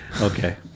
Okay